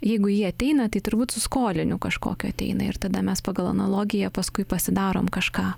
jeigu ji ateina tai turbūt skoliniu kažkokiu ateina ir tada mes pagal analogiją paskui pasidarom kažką